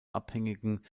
abhängigen